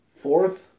fourth